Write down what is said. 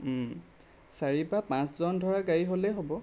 চাৰি বা পাঁচজন ধৰা গাড়ী হ'লেই হ'ব